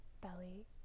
belly